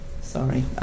Sorry